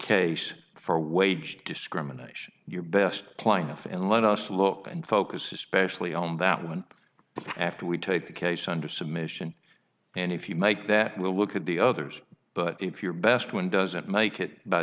case for wage discrimination your best plaintiff and let us look and focus especially on that one after we take the case under submission and if you make that we'll look at the others but if your best one doesn't make it by